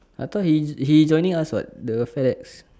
I thought he he joining us [what] the Fedex